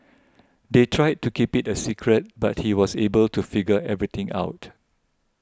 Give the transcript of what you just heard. they tried to keep it a secret but he was able to figure everything out